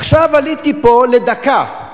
עכשיו עליתי פה לדקה,